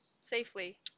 safely